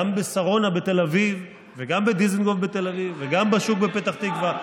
גם בשרונה בתל אביב וגם בדיזנגוף בתל אביב וגם בשוק בפתח תקווה,